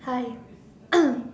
hi